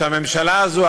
שהממשלה הזו,